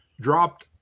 dropped